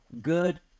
good